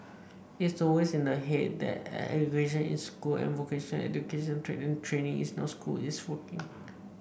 it's always in the head that education is school and vocational education and training is not school it's working